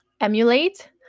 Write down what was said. emulate